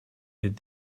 with